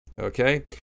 okay